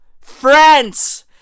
France